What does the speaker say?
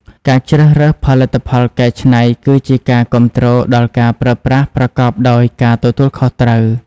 ការជ្រើសរើសផលិតផលកែច្នៃគឺជាការគាំទ្រដល់ការប្រើប្រាស់ប្រកបដោយការទទួលខុសត្រូវ។